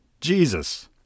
Jesus